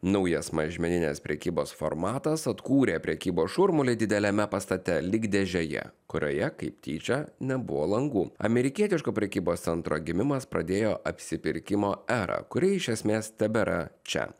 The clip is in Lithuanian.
naujas mažmeninės prekybos formatas atkūrė prekybos šurmulį dideliame pastate lyg dėžėje kurioje kaip tyčia nebuvo langų amerikietiško prekybos centro gimimas pradėjo apsipirkimo erą kuri iš esmės tebėra čia